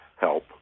help